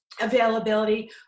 availability